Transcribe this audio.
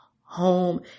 home